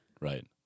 right